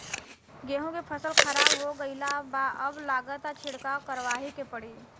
गेंहू के फसल खराब हो गईल बा अब लागता छिड़काव करावही के पड़ी